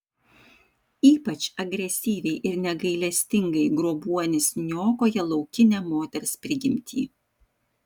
ypač agresyviai ir negailestingai grobuonis niokoja laukinę moters prigimtį